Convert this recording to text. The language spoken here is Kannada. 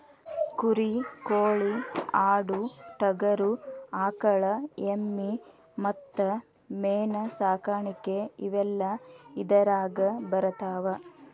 ಕುರಿ ಕೋಳಿ ಆಡು ಟಗರು ಆಕಳ ಎಮ್ಮಿ ಮತ್ತ ಮೇನ ಸಾಕಾಣಿಕೆ ಇವೆಲ್ಲ ಇದರಾಗ ಬರತಾವ